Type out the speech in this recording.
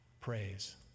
praise